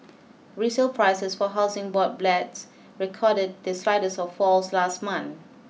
resale prices for Housing Board flats recorded the slightest of falls last month